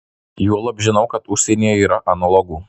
juolab žinau kad užsienyje yra analogų